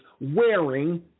wearing